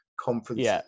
conference